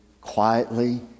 quietly